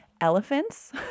elephants